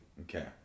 okay